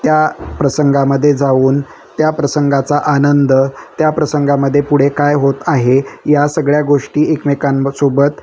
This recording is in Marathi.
त्या प्रसंगामध्ये जाऊन त्या प्रसंगाचा आनंद त्या प्रसंगामध्ये पुढे काय होत आहे या सगळ्या गोष्टी एकमेकांसोबत